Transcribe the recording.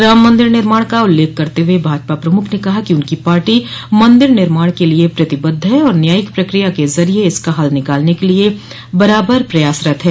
राम मंदिर निर्माण का उल्लेख करते हुए भाजपा प्रमुख ने कहा कि उनकी पार्टी मंदिर निर्माण के लिये प्रतिबद्ध है और न्यायिक प्रक्रिया के जरिये इसका हल निकालने के लिये बराबर प्रयासरत है